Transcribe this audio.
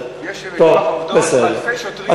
יש ויכוח על העובדות, ואלפי שוטרים, טוב, בסדר.